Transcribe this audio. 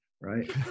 right